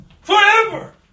Forever